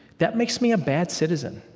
that makes me a bad citizen.